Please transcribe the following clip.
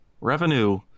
revenue